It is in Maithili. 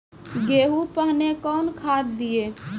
गेहूँ पहने कौन खाद दिए?